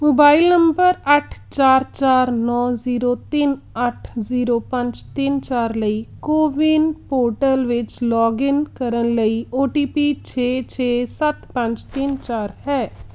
mobile number ਅੱਠ ਚਾਰ ਚਾਰ ਨੌਂ ਜ਼ੀਰੋ ਤਿੰਨ ਅੱਠ ਜ਼ੀਰੋ ਪੰਜ ਤਿੰਨ ਚਾਰ ਲਈ ਕੋਵਿਨ ਪੋਰਟਲ ਵਿੱਚ ਲੌਗਇਨ ਕਰਨ ਲਈ ਓ ਟੀ ਪੀ ਛੇ ਛੇ ਸੱਤ ਪੰਜ ਤਿੰਨ ਚਾਰ ਹੈ